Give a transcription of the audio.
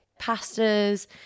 pastas